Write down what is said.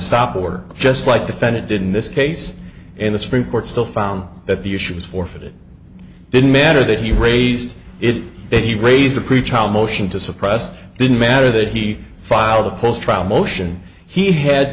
stop order just like defendant didn't this case in the supreme court still found that the issue is forfeit it didn't matter that he raised it that he raised a pretrial motion to suppress didn't matter that he filed a post trial motion he had